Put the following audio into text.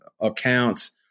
accounts